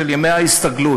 של ימי ההסתגלות.